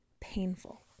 painful